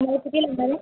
तुम्हाला किती लागणार आहे